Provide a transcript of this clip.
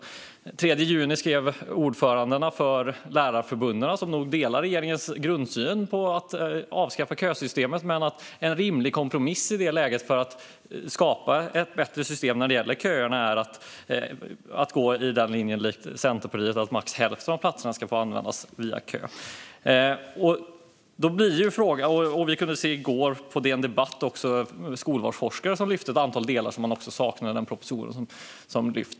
Den 3 juni skrev ordförandena för lärarförbunden, som nog delar regeringens grundsyn på att avskaffa kösystemet, att en rimlig kompromiss i detta läge för att skapa ett bättre system när det gäller köerna är att, likt Centerpartiet, gå på linjen att max hälften av platserna ska få fördelas via kö. I går kunde vi på DN Debatt också se att skolvalsforskare lyfte fram ett antal delar som de saknade i propositionen.